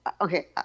okay